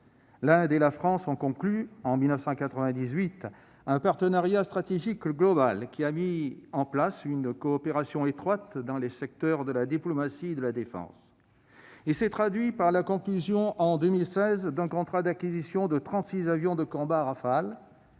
l'Inde et la France ont conclu un partenariat stratégique global, qui a mis en place une coopération étroite dans les secteurs de la diplomatie de la défense. Il s'est traduit par la conclusion, en 2016, d'un contrat d'acquisition de trente-six avions de combat Rafale,